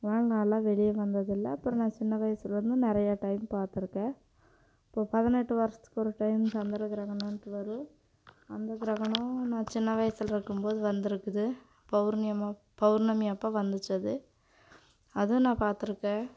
நான் நல்லா வெளிய வந்ததில்ல அப்புறம் நான் சின்ன வயசுலேருந்து நிறையா டைம் பார்த்துருக்கேன் இப்போது பதினெட்டு வருடத்துக்கு ஒரு டைம் சந்திர கிரகணன்ட்டு வரும் அந்த கிரகணம் நான் சின்ன வயதில்ருக்கும் போது வந்துருக்குது பௌர்ணியமா பௌர்ணமி அப்போ வந்துச்சி அது அதை நான் பார்த்துருக்கேன்